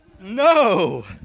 No